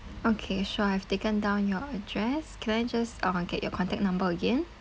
okay sure I have taken down your address can I just uh get your contact number again